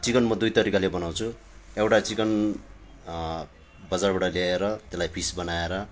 chicken म दुई तरिकाले बनाउँछु एउटा चिकन बजारबाट ल्याएर त्यसलाई पिस बनाएर